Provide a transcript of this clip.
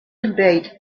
debate